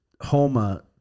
Homa